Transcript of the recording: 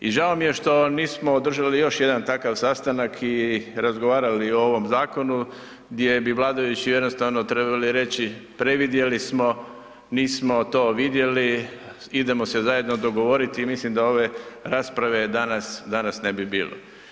I žao mi je što nismo održali još jedan takav sastanak i razgovarali o ovom zakonu, gdje bi vladajući jednostavno trebali reći, previdjeli smo, nismo to vidjeli, idemo se zajedno dogovoriti i mislim da ove rasprave danas ne bi bilo.